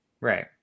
Right